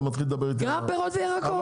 מדבר עכשיו על מרלו"ג --- גם פירות וירקות,